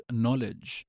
knowledge